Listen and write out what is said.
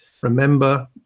remember